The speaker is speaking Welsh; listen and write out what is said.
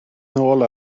nôl